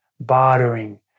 bartering